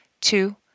two